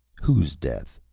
whose death?